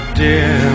dear